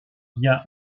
bien